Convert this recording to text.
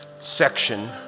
section